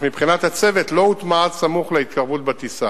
אך מבחינת הצוות לא הוטמע עד סמוך להתקרבות בטיסה.